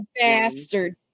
bastard